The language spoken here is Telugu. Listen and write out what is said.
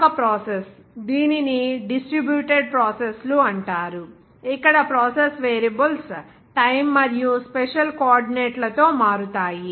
మరొక ప్రాసెస్ దీనిని డిస్ట్రిబ్యూటెడ్ ప్రాసెస్ లు అంటారు ఇక్కడ ప్రాసెస్ వేరియబుల్స్ టైమ్ మరియు స్పెషల్ కోఆర్డినేట్ల తో మారుతాయి